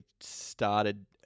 started